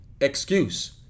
Excuse